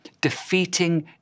defeating